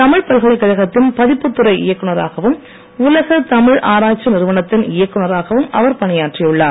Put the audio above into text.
தமிழ் பல்கலைக்கழகத்தின் பதிப்புத்துறை இயக்குநராகவும் உலக தமிழ் ஆராய்ச்சி நிறுவனத்தின் இயக்குநராகவும் அவர் பணியாற்றியுள்ளார்